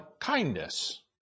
kindness